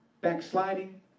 backsliding